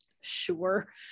Sure